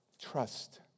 Trust